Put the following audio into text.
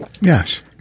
Yes